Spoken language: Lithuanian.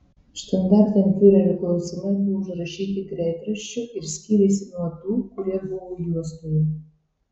štandartenfiurerio klausimai buvo užrašyti greitraščiu ir skyrėsi nuo tų kurie buvo juostoje